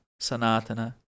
Sanatana